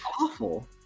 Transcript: awful